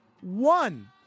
one